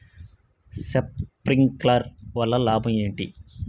Sprinkler వల్ల లాభం ఏంటి?